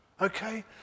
Okay